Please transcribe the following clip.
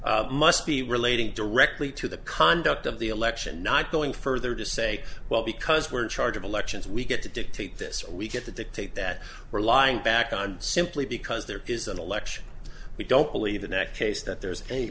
illinois must be relating directly to the conduct of the election not going further to say well because we're in charge of elections we get to dictate this we get the dictate that we're lying back on simply because there is an election we don't believe the next case that there's any